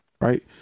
right